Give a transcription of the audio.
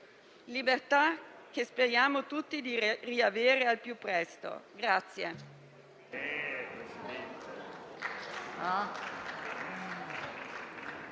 libertà che speriamo tutti di riavere al più presto.